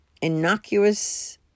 innocuous